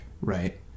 right